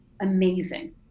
amazing